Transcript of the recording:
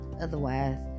Otherwise